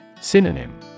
Synonym